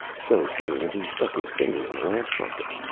so saying, he stuck his finger in the lamp-socket.